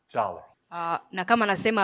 dollars